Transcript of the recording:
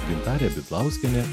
gintarė bitlauskienė